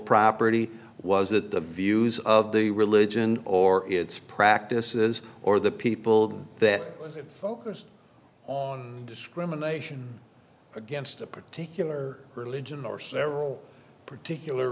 property was that the views of the religion or its practices or the people that was it focused on discrimination against a particular religion or several particular